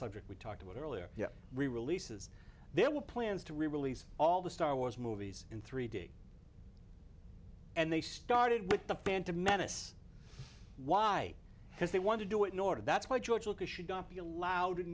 subject we talked about earlier yeah releases there were plans to release all the star wars movies in three d and they started with the phantom menace why because they want to do it in order that's why george lucas should not be allowed